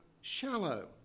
shallow